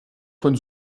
von